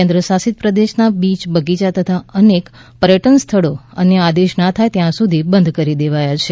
કેન્દ્ર શાસિત પ્રદેશના બીચ બગીચા તથા અનેક પર્યટન સ્થળો અન્ય આદેશના થાય ત્યાં સુધી બંધ કરી દેવાયા છે